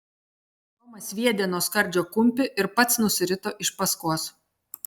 tomas sviedė nuo skardžio kumpį ir pats nusirito iš paskos